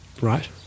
Right